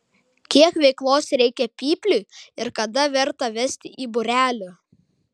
kiek veiklos reikia pypliui ir kada verta vesti į būrelį